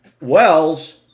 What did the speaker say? Wells